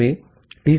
ஆகவே டி